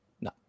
No